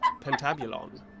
Pentabulon